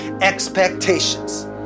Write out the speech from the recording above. expectations